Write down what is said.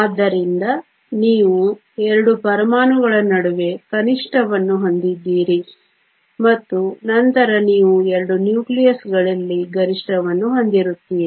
ಆದ್ದರಿಂದ ನೀವು 2 ಪರಮಾಣುಗಳ ನಡುವೆ ಕನಿಷ್ಠವನ್ನು ಹೊಂದಿದ್ದೀರಿ ಮತ್ತು ನಂತರ ನೀವು 2 ನ್ಯೂಕ್ಲಿಯಸ್ಗಳಲ್ಲಿ ಗರಿಷ್ಠವನ್ನು ಹೊಂದಿರುತ್ತೀರಿ